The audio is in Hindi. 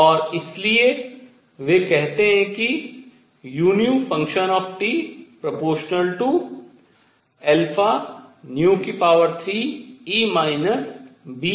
और इसलिए वे कहतें है कि u 3e βνkT